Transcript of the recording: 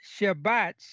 Shabbats